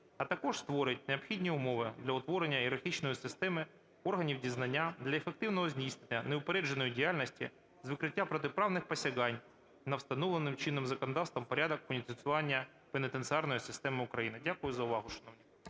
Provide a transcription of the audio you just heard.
а також створить необхідні умови для утворення ієрархічної системи органів дізнання для ефективного здійснення неупередженої діяльності з викриття протиправних посягань на встановлений чинним законодавством порядок функціонування пенітенціарної системи України. Дякую за увагу, шановні